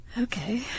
Okay